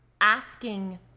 asking